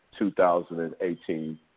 2018